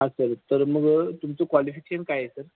हां सर तर मग तुमचं कॉलिफिकेशन काय आहे सर